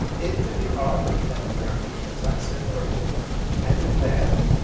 it can be argued that germany, as i said earlier and japan,